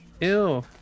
Ew